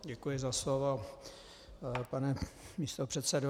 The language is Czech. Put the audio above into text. Děkuji za slovo, pane místopředsedo.